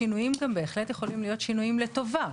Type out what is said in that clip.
שינויים גם בהחלט יכולים להיות שינויים לטובה,